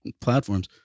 platforms